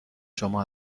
شما